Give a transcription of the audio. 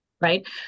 right